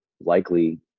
likely